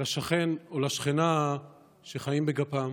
לשכן או לשכנה החיים בגפם,